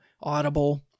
Audible